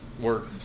work